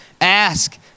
ask